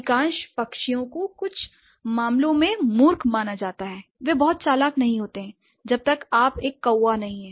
अधिकांश पक्षियों को कुछ मामलों में मूर्ख माना जाता है वे बहुत चालाक नहीं हैं जब तक आप एक कौवा नहीं हैं